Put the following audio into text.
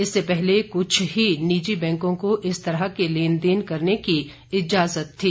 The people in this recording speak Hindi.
इससे पहले कुछ ही निजी बैंकों को इस तरह के लेन देन करने की इजाज़त थी